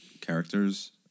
characters